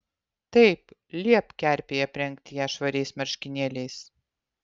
taip liepk kerpei aprengti ją švariais marškinėliais